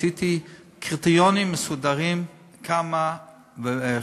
עשיתי קריטריונים מסודרים כמה ואיך.